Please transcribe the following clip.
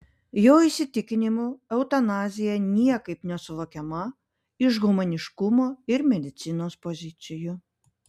jo įsitikinimu eutanazija niekaip nesuvokiama iš humaniškumo ir medicinos pozicijų